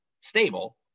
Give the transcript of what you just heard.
stable